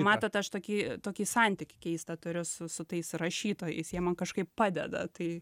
matot aš tokį tokį santykį keistą turiu su su tais rašytojais jie man kažkaip padeda tai